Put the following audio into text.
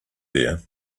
there